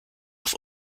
auf